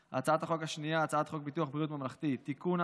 2. הצעת חוק ביטוח בריאות ממלכתי (תיקון,